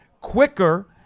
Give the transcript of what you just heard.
quicker